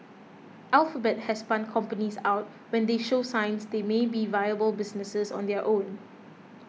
alphabet has spun companies out when they show signs they might be viable businesses on their own